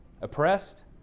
oppressed